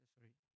Sorry